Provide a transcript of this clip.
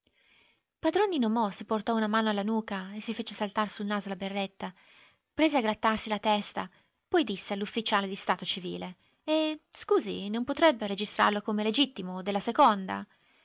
padron nino mo si portò una mano alla nuca e si fece saltar sul naso la berretta prese a grattarsi la testa poi disse all'ufficiale di stato civile e scusi non potrebbe registrarlo come legittimo della seconda